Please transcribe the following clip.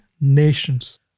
nations